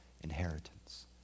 inheritance